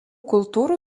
kultūrų